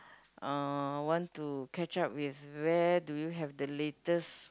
uh want to catch up with where do you have the latest